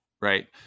right